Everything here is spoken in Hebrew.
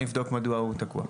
אני אבדוק מדוע הוא תקוע.